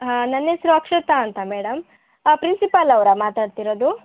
ಹಾಂ ನನ್ನೆಸರು ಅಕ್ಷತ ಅಂತ ಮೇಡಮ್ ಪ್ರಿನ್ಸಿಪಾಲ್ ಅವರಾ ಮಾತಾಡ್ತಿರೋದು